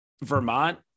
vermont